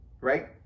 right